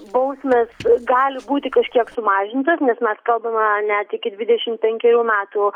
bausmės gali būti kažkiek sumažintos nes mes kalbame net iki dvidešim penkerių metų